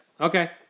Okay